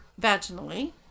vaginally